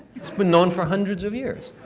it's been known for hundreds of years.